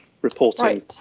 reporting